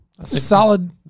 Solid